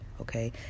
okay